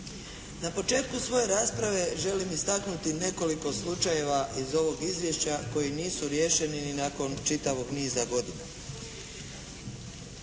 Na početku svoje rasprave želim istaknuti nekoliko slučajeva iz ovog izvješća koji nisu riješeni ni nakon čitavog niza godina.